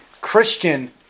Christian